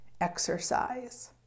exercise